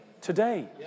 Today